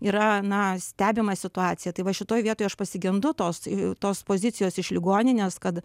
yra na stebima situacija tai va šitoj vietoj aš pasigendu tos tos pozicijos iš ligoninės kad